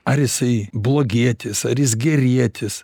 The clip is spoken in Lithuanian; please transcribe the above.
ar jisai blogietis ar jis gerietis